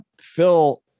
Phil